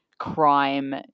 Crime